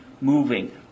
moving